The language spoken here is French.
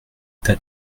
tas